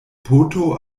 poto